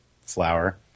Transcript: flower